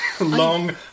long